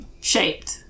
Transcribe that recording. shaped